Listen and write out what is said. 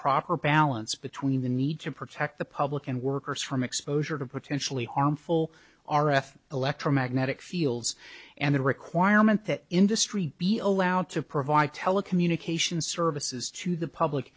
proper balance between the need to protect the public and workers from exposure to potentially harmful r f electromagnetic fields and the requirement that industry be allowed to provide telecommunications services to the public